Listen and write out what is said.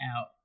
out